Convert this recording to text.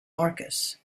marcus